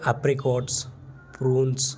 apricots prunes